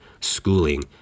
schooling